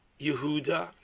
Yehuda